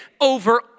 over